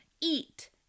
eat